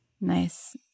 Nice